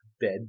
bed